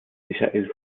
michael